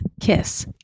kiss